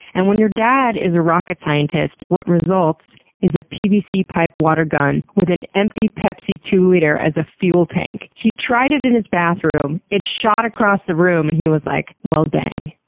and when your dad is a rocket scientist, what results is a pvc pipe watergun with an empty pepsi two liter as the ah fuel tank. he tried it in his bathroom, it shot across the room and he was like, well dang,